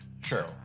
Sure